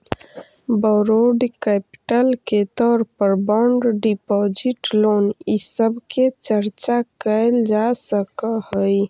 borrowed capital के तौर पर बॉन्ड डिपाजिट लोन इ सब के चर्चा कैल जा सकऽ हई